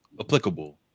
applicable